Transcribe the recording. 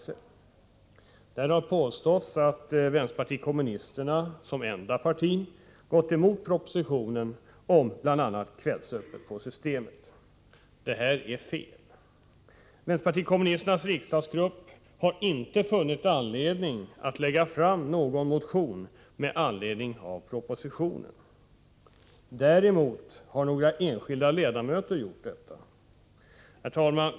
I massmedia har påståtts att vpk, ensamt bland partierna, gått emot propositionen om bl.a. kvällsöppet i systembutikerna. Detta är fel. Vänsterpartiet kommunisternas riksdagsgrupp har inte funnit skäl att lägga fram någon motion med anledning av propositionen. Däremot har några enskilda ledamöter gjort detta. Herr talman!